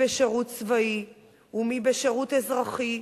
מי בשירות צבאי,